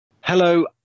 Hello